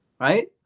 right